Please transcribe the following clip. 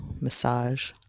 massage